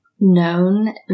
known